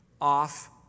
off